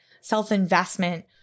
self-investment